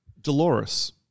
Dolores